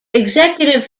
executive